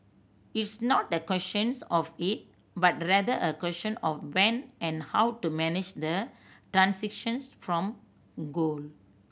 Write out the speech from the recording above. it's not the questions of if but rather a question of when and how to manage the transitions from coal